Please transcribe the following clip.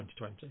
2020